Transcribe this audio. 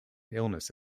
illness